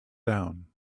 down